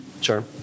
Sure